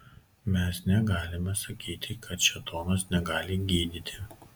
mes negalime sakyti kad šėtonas negali gydyti